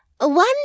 One